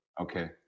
okay